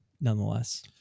nonetheless